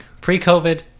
pre-covid